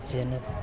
चेत्